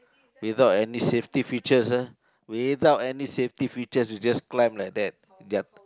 without any safety features ah without any safety features you just climb like that ya